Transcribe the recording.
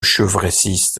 chevresis